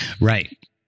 Right